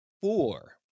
four